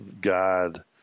God